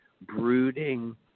brooding